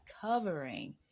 covering